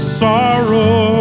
sorrow